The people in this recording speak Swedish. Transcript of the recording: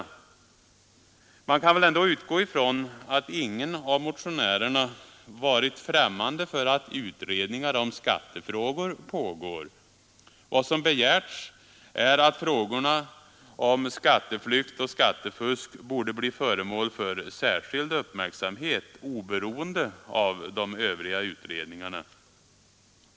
Man kan väl ändå utgå från att ingen av motionärerna har varit främmande för att utredningar om skattefrågor pågår. Vad som begärts är att frågorna om skatteflykt och skattefusk skall bli föremål för särskild uppmärksamhet, oberoende av de övriga utredningarna.